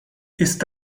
ist